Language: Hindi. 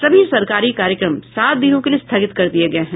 सभी सरकारी कार्यक्रम सात दिनों के लिए स्थगित कर दिये गये हैं